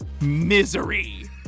Misery